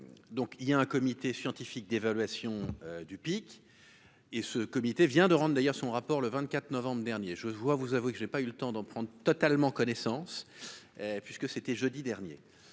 donc il y a un comité scientifique d'évaluation du pic et ce comité vient de rentre d'ailleurs son rapport le 24 novembre dernier je vois vous que je n'ai pas eu le temps d'en prendre totalement connaissance puisque c'était jeudi dernier,